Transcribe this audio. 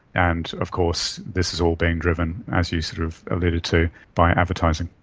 and of course this is all being driven, as you sort of alluded to, by advertising.